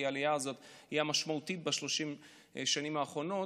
העלייה הזאת היא המשמעותית ב-30 השנים האחרונות,